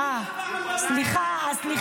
אה, סליחה.